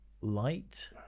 Light